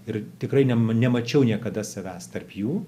ir tikrai nema nemačiau niekada savęs tarp jų